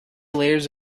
layers